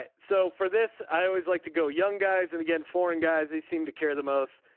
and so for this i always like to go young guys and again foreign guys they seem to care the most.